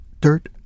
dirt